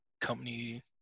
company